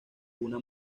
una